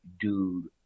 dude